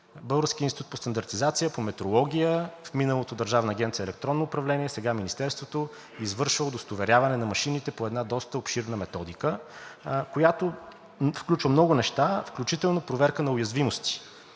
Българският институт по стандартизация, по метрология, в миналото Държавна агенция „Електронно управление”, сега Министерството извършва удостоверяване на машините по една доста обширна методика, която включва много неща, включително проверка на уязвимости.